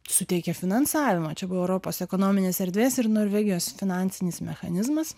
suteikė finansavimą čia buvo europos ekonominės erdvės ir norvegijos finansinis mechanizmas